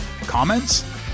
Comments